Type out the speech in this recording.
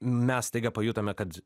mes staiga pajutome kad